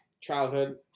childhood